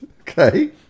Okay